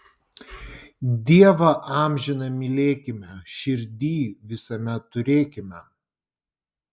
dievą amžiną mylėkime širdyj visame turėkime